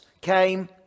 came